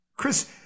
Chris